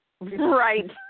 Right